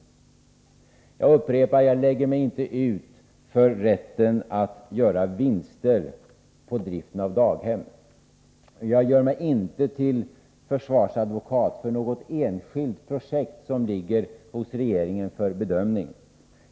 Jag upprepar att jag inte lägger mig ut för rätten att göra vinster på driften av daghem. Jag gör mig inte till försvarsadvokat för något enskilt projekt som ligger hos regeringen för bedömning.